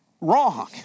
wrong